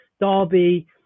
Derby